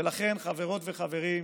ולכן, חברות וחברים,